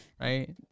right